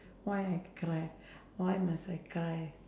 why I cry why must I cry